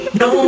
no